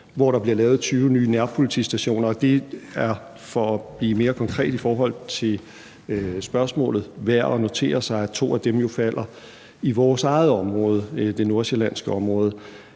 hvor der bliver lavet 20 nye nærpolitistationer, og det er, for at blive mere konkret i forhold til spørgsmålet, værd at notere sig, at to af dem jo falder i vores eget område, det nordsjællandske område,